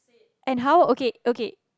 and how okay okay